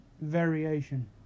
variation